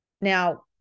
now